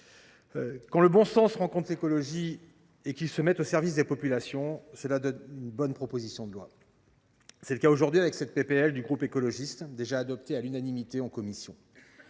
quand le bon sens rencontre l’écologie et que tous deux se mettent au service des populations, cela donne une bonne proposition de loi. C’est le cas aujourd’hui avec ce texte du groupe écologiste, déjà adopté à l’unanimité en commission.